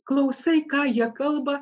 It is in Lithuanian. klausai ką jie kalba